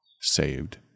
saved